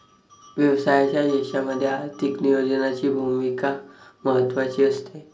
व्यवसायाच्या यशामध्ये आर्थिक नियोजनाची भूमिका महत्त्वाची असते